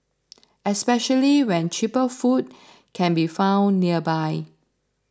especially when cheaper food can be found nearby